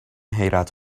حیرت